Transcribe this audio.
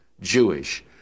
Jewish